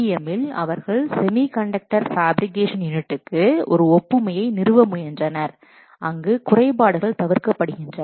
எம்மில் அவர்கள் semiconductor fabrication யூனிட்க்கு ஒரு ஒப்புமையை நிறுவ முயன்றனர் அங்கு குறைபாடுகள் தவிர்க்கப்படுகின்றன